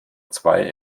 zwei